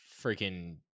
freaking